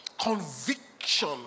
Conviction